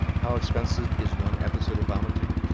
how expensive is one episode of vomiting,